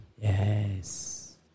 Yes